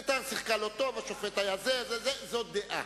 "בית"ר" שיחקה לא טוב, השופט היה זה, זאת דעה.